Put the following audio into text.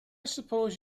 suppose